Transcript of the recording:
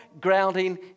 grounding